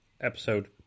episode